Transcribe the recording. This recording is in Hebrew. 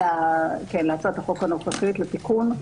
להצעת החוק הנוכחית לתיקון,